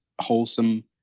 wholesome